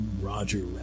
Roger